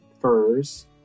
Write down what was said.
furs